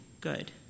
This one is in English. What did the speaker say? good